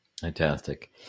Fantastic